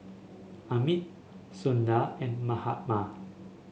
Amit Sundar and Mahatma